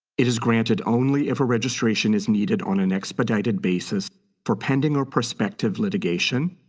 it is granted only if a registration is needed on an expedited basis for pending or prospective litigation,